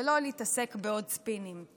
ולא להתעסק בעוד ספינים.